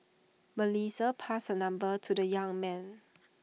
Melissa passed her number to the young man